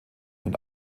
und